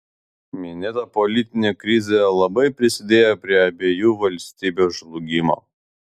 minėta politinė krizė labai prisidėjo prie abiejų valstybių žlugimo